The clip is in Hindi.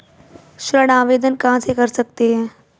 ऋण आवेदन कहां से कर सकते हैं?